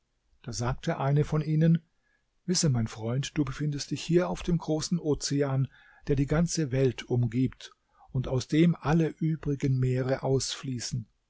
da sagte eine von ihnen wisse mein freund du befindest dich hier auf dem großen ozean der die ganze welt umgibt und aus dem alle übrigen meere ausfließen